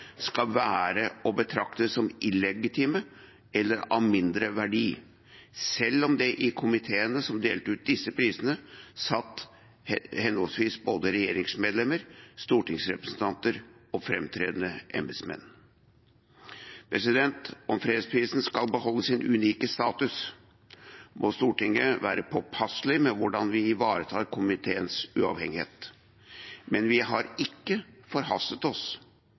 skal være å betrakte som illegitime eller av mindre verdi, selv om det i komiteene som delte ut disse prisene, satt både regjeringsmedlemmer, stortingsrepresentanter og framtredende embetsmenn. Om fredsprisen skal beholde sin unike status, må Stortinget være påpasselig med hvordan vi ivaretar komiteens uavhengighet. Men vi har ikke forhastet oss.